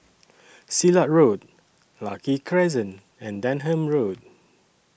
Silat Road Lucky Crescent and Denham Road